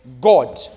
God